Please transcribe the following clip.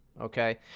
okay